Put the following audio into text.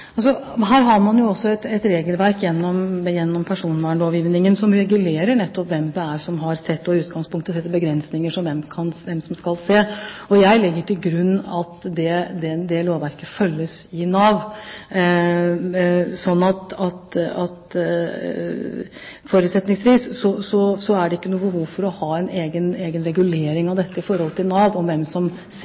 Her har man jo også et regelverk gjennom personvernlovgivningen som regulerer nettopp hvem det er som har sett, og som i utgangspunktet setter begrensninger for hvem som skal se. Jeg legger til grunn at det lovverket følges i Nav, slik at det er ikke noe behov for å ha en egen regulering av dette i forhold til Nav, altså hvem som ser